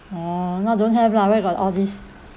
oh now don't have lah where got all this